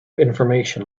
information